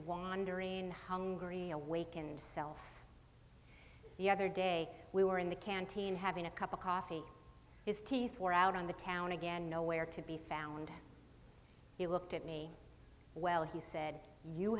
wandering in hungary awakened self the other day we were in the canteen having a cup of coffee his teeth were out on the town again nowhere to be found he looked at me well he said you